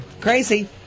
Crazy